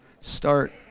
start